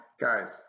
Guys